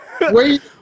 Wait